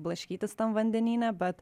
blaškytis tam vandenyne bet